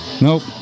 Nope